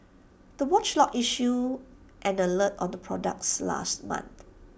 the watchdog issued an alert on the products last month